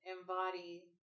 embody